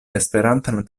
esperantan